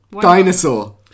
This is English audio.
Dinosaur